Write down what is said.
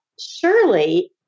surely